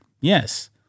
Yes